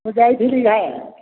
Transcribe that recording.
ମୁଁ ଯାଇଥିଲି ଗାଁ